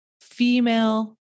female